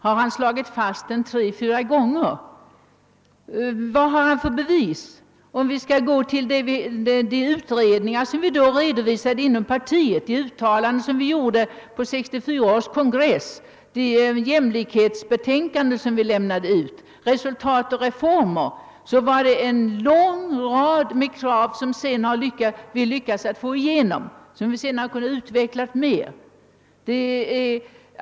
Vad har han för bevis för det påståendet? I de utredningar som redovisades inom partiet, de uttalanden som gjordes på 1964 års kongress och det jämlikhetsbetänkande som då lämnades, vidare programskriften — »Resultat och reformer» — framställdes en lång rad krav som vi sedan har fått igenom och ytterligare utvecklat.